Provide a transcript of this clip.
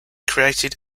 created